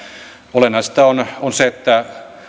olennaista on se että